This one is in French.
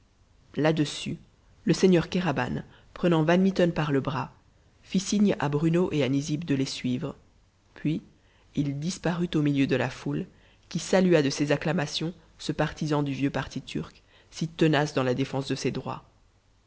là-dessus le seigneur kéraban prenant van mitten par le bras fit signe à bruno et à nizib de les suivre puis il disparut au milieu de la foule qui salua de ses acclamations ce partisan du vieux parti turc si tenace dans la défense de ses droits